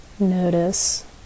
notice